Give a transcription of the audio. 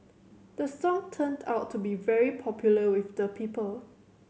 the song turned out to be very popular with the people